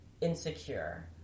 Insecure